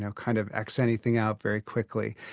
ah kind of x anything out very quickly.